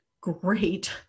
great